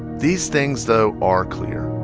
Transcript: these things, though, are clear